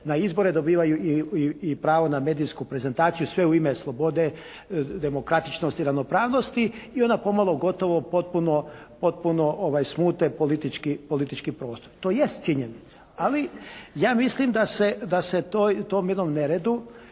na izbore, dobivaju i pravo na medijsku prezentaciju. Sve u ime slobode, demokratičnosti, ravnopravnosti. I onda pomalo gotovo potpuno smute politički prostor. To jest činjenica. Ali ja mislim da se tom jednom neredu